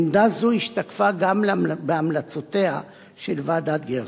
עמדה זו השתקפה גם בהמלצותיה של ועדת-גרסטל.